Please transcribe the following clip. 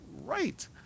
right